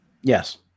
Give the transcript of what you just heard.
Yes